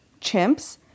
chimps